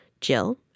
Jill